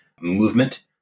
movement